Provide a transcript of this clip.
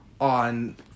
on